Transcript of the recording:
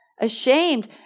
Ashamed